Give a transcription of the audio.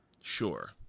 Sure